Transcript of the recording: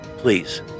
Please